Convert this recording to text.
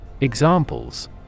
Examples